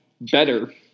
better